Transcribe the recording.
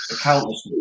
countless